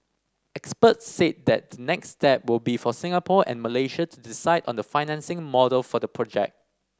experts said that next step will be for Singapore and Malaysia to decide on the financing model for the project